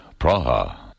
Praha